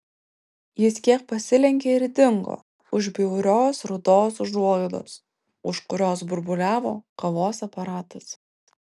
jis kiek pasilenkė ir dingo už bjaurios rudos užuolaidos už kurios burbuliavo kavos aparatas